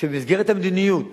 שבמסגרת המדיניות